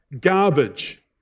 garbage